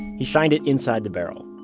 he shined it inside the barrel.